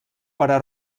però